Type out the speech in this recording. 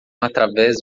através